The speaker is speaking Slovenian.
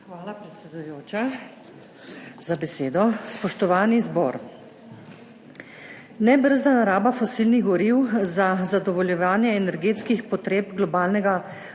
Hvala predsedujoča za besedo. Spoštovani zbor! Nebrzdana raba fosilnih goriv za zadovoljevanje energetskih potreb globalnega